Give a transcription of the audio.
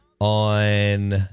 on